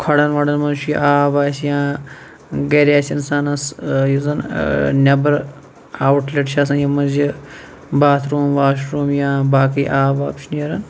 کھۄڑن وۄڑن مَنٛز چھُ یہِ آب آسہِ یا گَرِ آسہِ اِنسانَس یہِ زَن نٮ۪برٕ اَوُٹ لیٚٹ چھِ آسان یِم حظ یہِ باتھ روٗم واش روٗم یا باقٕے آب واب چھُ نیران